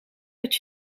dat